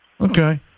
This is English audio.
Okay